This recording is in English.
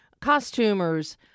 costumers